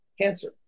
cancer